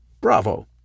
Bravo